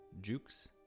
jukes